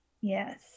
Yes